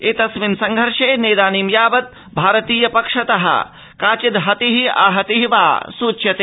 एतस्मिन् संघर्षे नेदानीं भावत् भारतीय पक्षतः काचिद् हतिराहतिर्वा सूच्यते